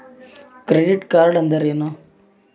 Credit card ಅಂದ್ರೇನು?